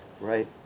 Right